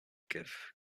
give